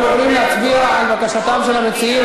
אנחנו עוברים להצביע על בקשתם של המציעים